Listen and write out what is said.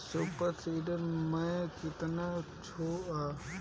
Super seeder मै कितना छुट बा?